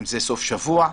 אם זה סוף שבוע,